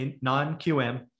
non-QM